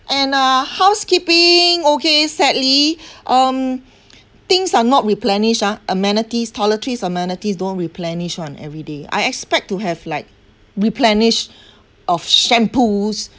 and uh housekeeping okay sadly um things are not replenished ah amenities toiletries amenities don't replenish [one] everyday I expect to have like replenish of shampoo